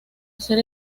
hacer